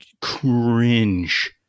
cringe